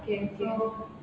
okay okay